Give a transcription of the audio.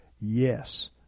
yes